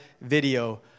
video